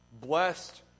Blessed